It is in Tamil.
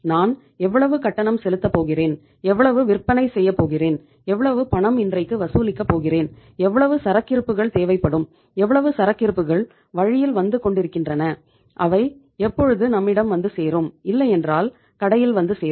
நான் எவ்வளவு கட்டணம் செலுத்த போகிறேன் எவ்வளவு விற்பனை செய்யப்போகிறேன் எவ்வளவு பணம் இன்றைக்கு வசூலிக்க போகிறேன் எவ்வளவு சரக்கிருப்புகள் தேவைப்படும் எவ்வளவு சரக்கு இருப்புகள் வழியில் வந்து கொண்டிருக்கின்றன அவை எப்பொழுது நம்மிடம் வந்து சேரும் இல்லை என்றால் கடையில் வந்து சேரும்